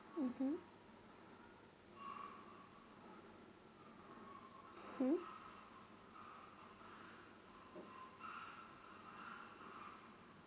mmhmm mm